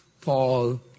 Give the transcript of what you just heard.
Paul